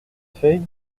feuille